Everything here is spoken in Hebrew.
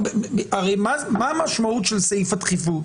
הרי מה המשמעות של סעיף הדחיפות?